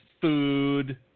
food